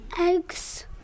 eggs